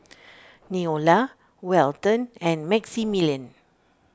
Neola Walton and Maximilian